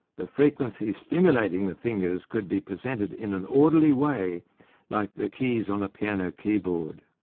the frequencies stimulating the fingers could be presented in an orderly way like the keys on a piano keyboard.